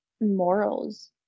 morals